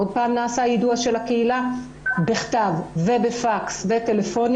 עוד פעם נעשה יידוע של הקהילה בכתב ובפקס ובטלפון,